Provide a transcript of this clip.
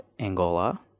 Angola